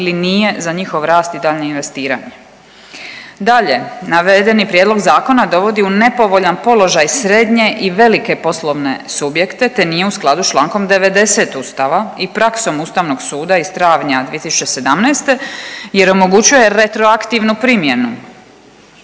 ili nije za njihov rast i daljnje investiranje. Dalje, navedeni prijedlog zakona dovodi u nepovoljan položaj srednje i velike poslovne subjekte, te nije u skladu s čl. 90. ustava i praksom ustavnog suda iz travnja 2017. jer omogućuje retroaktivnu primjenu.